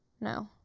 No